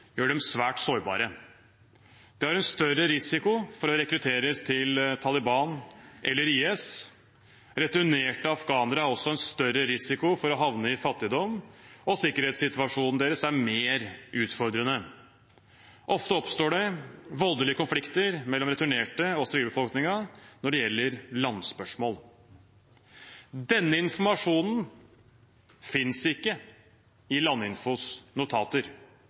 gjør dem svært sårbare. De har en større risiko for å rekrutteres til Taliban eller IS. Returnerte afghanere har også en større risiko for å havne i fattigdom, og sikkerhetssituasjonen deres er mer utfordrende. Ofte oppstår det voldelige konflikter mellom returnerte og sivilbefolkningen når det gjelder landspørsmål. Denne informasjonen finnes ikke i Landinfos notater,